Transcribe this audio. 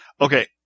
Okay